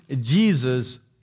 Jesus